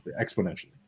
exponentially